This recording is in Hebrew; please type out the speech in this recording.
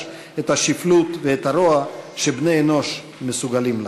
את השפלות ואת הרוע שבני-אנוש מסוגלים להם.